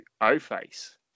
O-Face